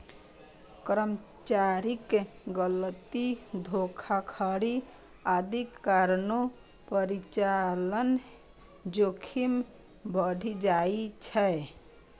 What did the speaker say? कर्मचारीक गलती, धोखाधड़ी आदिक कारणें परिचालन जोखिम बढ़ि जाइ छै